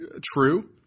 true